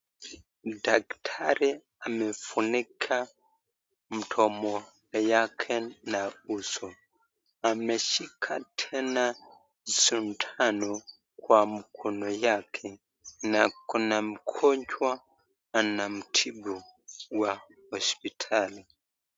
Daktari amefunika mdomo yake na uso. Ameshika tena sindano kwa mkono yake na kuna mgonjwa anamtibu kwa hospitali.